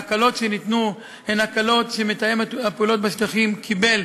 ההקלות שניתנו הן הקלות שמתאם הפעולות בשטחים קיבל,